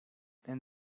and